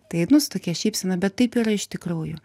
tai nu su tokia šypsena bet taip yra iš tikrųjų